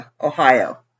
Ohio